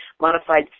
modified